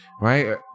Right